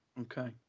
Okay